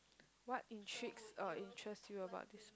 what intrigues or interest you about this